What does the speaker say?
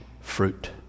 fruit